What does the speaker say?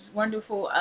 wonderful